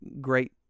Great